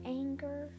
anger